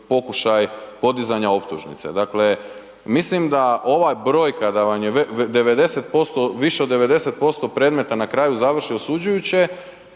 pokušaj podizanja optužnice, dakle mislim da ova brojka da vam je 90%, više od 90% predmeta na kraju završi osuđujuće,